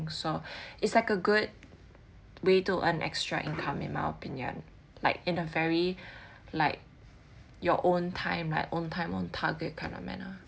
so it's like a good way to earn extra income in my opinion like in a very like your own time my own time own target kind of manner